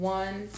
one